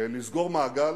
לסגור מעגל.